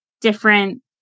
different